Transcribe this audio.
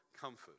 Comfort